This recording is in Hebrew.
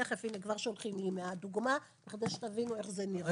כבר שולחים לי מהדוגמה בכדי שתבינו איך זה נראה.